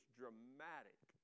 dramatic